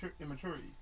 immaturity